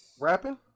Rapping